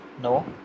no